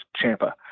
Champa